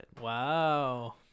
wow